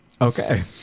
okay